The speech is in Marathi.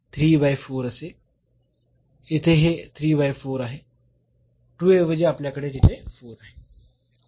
म्हणून येथे हे आहे ऐवजी आपल्याकडे तिथे 4 आहे